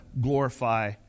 glorify